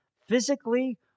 physically